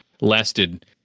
lasted